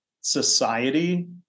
society